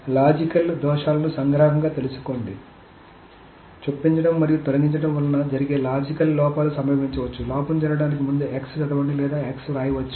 logical దోషాలను సంగ్రహంగా తెలియజేయండి చొప్పించడం మరియు తొలగించడం వలన జరిగే లాజికల్ లోపాలు సంభవించవచ్చు లోపం జరగడానికి ముందు x చదవండి లేదా x వ్రాయవచ్చు